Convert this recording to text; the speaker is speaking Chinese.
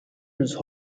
元素